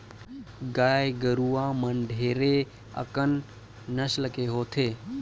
गाय गरुवा मन ढेरे अकन नसल के होथे